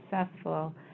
successful